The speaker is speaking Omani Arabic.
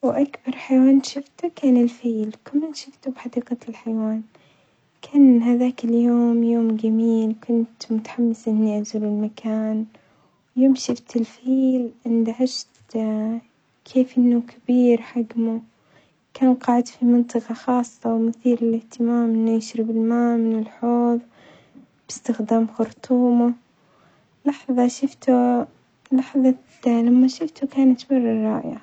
وأكبر حيوان شفته كان الفيل وكمان شفته بحديقة الحيوان كان هاذاك اليوم يوم جميل وكنت متحمسة إني أزور المكان، يوم شفت الفيل اندهشت كيف أنه كبير حجمه، كان قاعد في منطقة خاصة ومثير للإهتمام أنه يشرب الماء من الحوظ باستخدام خرطومه، لحظة شفته لحظة لما شفته كانت مرة رائعة.